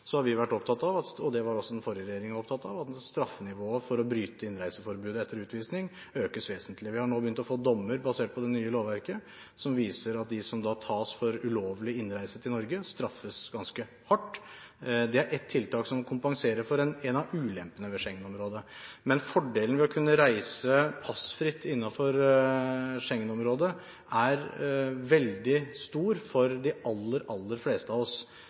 har vi vært opptatt av – det var også den forrige regjeringen opptatt av – at straffenivået for å bryte innreiseforbudet etter utvisning økes vesentlig. Vi har nå begynt å få dommer basert på det nye lovverket, som viser at de som tas for ulovlig innreise til Norge, straffes ganske hardt. Det er ett tiltak som kompenserer for én av ulempene ved Schengen-området. Men fordelen ved å kunne reise passfritt innenfor Schengen-området er veldig stor for de aller, aller fleste av oss,